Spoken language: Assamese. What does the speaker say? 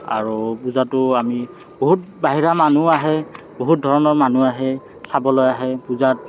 আৰু পূজাতো আমি বহুত বাহিৰা মানুহও আহে বহুত ধৰণৰ মানুহ আহে চাবলৈ আহে পূজাত